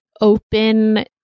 open